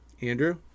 Andrew